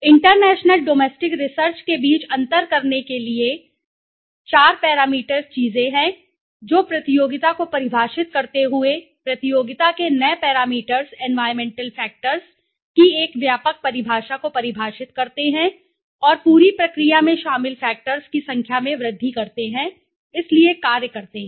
international domestic research के बीच अंतर करने के लिए इसलिए चार पैरामीटर चीजें हैं जो प्रतियोगिता को परिभाषित करते हुए प्रतियोगिता के नए पैरामीटर्स एनवायरमेंटल फैक्टर्स की एक व्यापक परिभाषा को परिभाषित करते हैं और पूरी प्रक्रिया में शामिल फैक्टर्स की संख्या में वृद्धि करते हैं इसलिए कार्य करते हैं